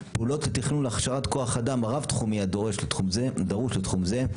(5) פעולות תכנון להכשרת כוח-האדם הרב-תחומי שדרוש לתחום זה.